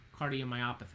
cardiomyopathy